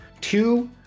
two